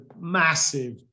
massive